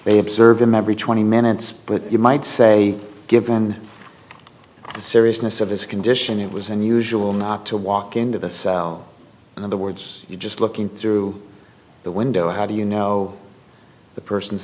they observe him every twenty minutes but you might say given the seriousness of his condition it was unusual not to walk into this in the words you just looking through the window how do you know the person